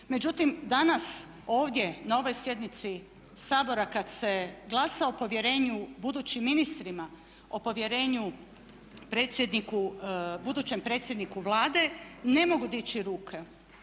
Međutim, danas ovdje na ovoj sjednici Sabora kad se glasa o povjerenju budućim ministrima o povjerenju predsjedniku, budućem predsjedniku Vlade ne mogu dići ruke